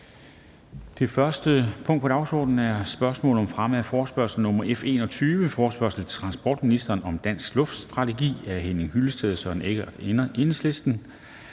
Det første punkt på dagsordenen er: 1) Spørgsmål om fremme af forespørgsel nr. F 21: Forespørgsel til transportministeren om den danske luftfartsstrategi. Af Henning Hyllested (EL) og Søren Egge Rasmussen